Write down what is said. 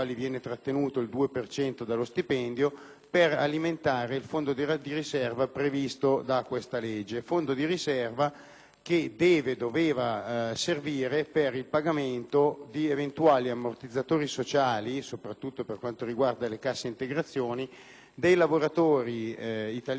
doveva servire per il pagamento di eventuali ammortizzatori sociali, soprattutto le casse integrazioni, dei lavoratori italiani in Svizzera, i frontalieri, che vengano a trovarsi nelle condizioni di perdita del proprio posto di lavoro.